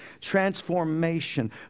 transformation